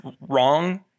wrong